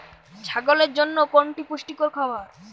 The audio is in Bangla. ছাগলের জন্য কোনটি পুষ্টিকর খাবার?